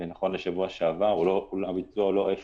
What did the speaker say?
ונכון לשבוע שעבר הביצוע לא היה אפס.